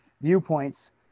viewpoints